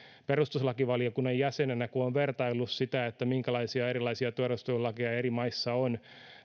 perustuslakivaliokunnan jäsenenä kun olen vertaillut sitä minkälaisia erilaisia tiedustelulakeja eri länsimaissa on